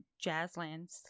Jazzlands